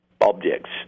objects